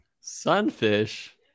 sunfish